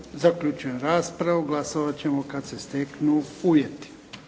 Zaključujem raspravu. Glasovati ćemo kada se steknu uvjeti.